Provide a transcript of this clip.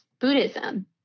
Buddhism